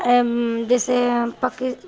जैसे पाकि